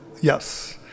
yes